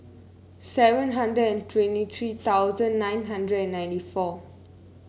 seven hundred and twenty three thousand nine hundred and ninety four